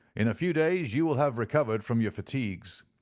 in a few days you will have recovered from your fatigues.